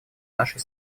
нашей